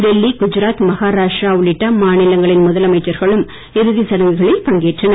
டெல்லி குஜராத் மஹாராஷ்டிரா உள்ளிட்ட மாநிலங்களின் முதலமைச்சர்களும் இறுதிச் சடங்குகளில் பங்கேற்றனர்